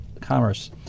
Commerce